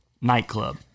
nightclub